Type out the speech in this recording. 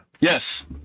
Yes